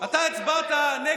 אתם פורעים.